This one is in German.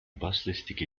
basslastige